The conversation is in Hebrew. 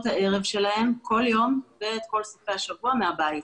הערב שלהם כל יום ואת כל סופי השבוע מהבית.